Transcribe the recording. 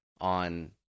on